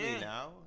now